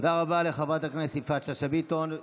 תודה רבה לחברת הכנסת יפעת שאשא ביטון.